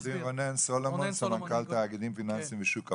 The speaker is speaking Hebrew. עורך דין רונן סולומון סמנכ"ל תאגידים פיננסים בשוק ההון.